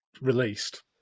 released